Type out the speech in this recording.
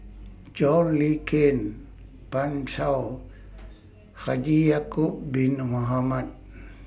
John Le Cain Pan Shou Haji Ya'Acob Bin Mohamed